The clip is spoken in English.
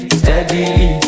steady